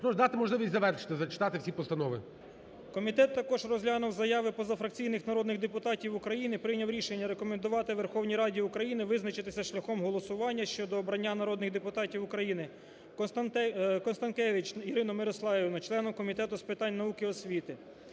Прошу дати можливість завершити зачитати всі постанови. ПИНЗЕНИК П.В. Комітет також розглянув заяви позафракційних народних депутатів України і прийняв рішення рекомендувати Верховній Раді України визначитися шляхом голосування щодо обрання народних депутатів України: Констанкевич Ірину Мирославівну членом Комітету з питань науки і освіти,